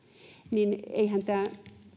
leikataan eihän tämä